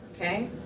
okay